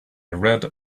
read